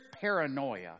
paranoia